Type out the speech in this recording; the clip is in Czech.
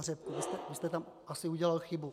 Vy jste tam asi udělal chybu.